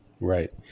right